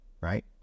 right